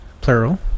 Plural